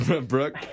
Brooke